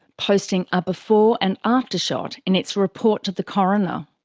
posting a before and after shot in its report to the coroner.